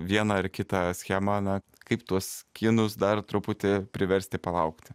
vieną ar kitą schemą na kaip tuos kinus dar truputį priversti palaukti